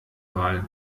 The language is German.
wahl